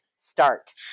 start